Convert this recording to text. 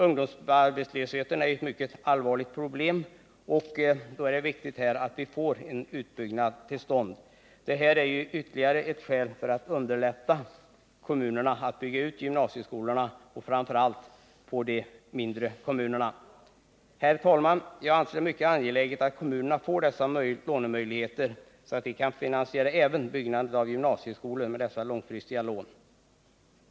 Ungdomsarbetslösheten är ett mycket allvarligt problem. Det är ytterligare ett skäl för staten att underlätta för framför allt de mindre kommunerna att bygga ut gymnasieskolan. Herr talman! Jag anser det vara mycket angeläget att kommunerna får de nämnda lånemöjligheterna, så att de kan finansiera även byggande av gymnasieskolor med långfristiga lån.